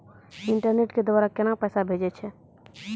Internet के द्वारा केना पैसा भेजय छै?